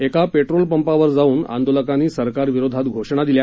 एका पेट्रोल पंपावर जाऊन आंदोलकांनी सरकार विरोधात घोषणा दिल्या